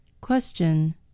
Question